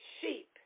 sheep